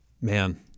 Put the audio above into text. Man